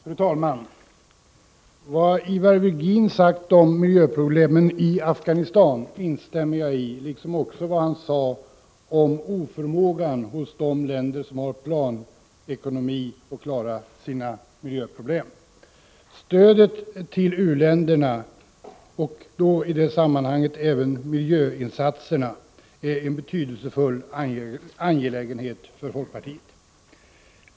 Fru talman! Vad Ivar Virgin sagt om miljöproblemen i Afghanistan instämmer jag i, liksom i vad han sagt om oförmågan hos de länder som har planekonomi att klara sina miljöproblem. Stödet till u-länderna, och i det sammanhanget även miljövårdsinsatserna, är en betydelsefull angelägenhet för folkpartiet.